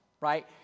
right